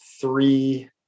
three